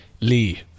Lee